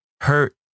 hurt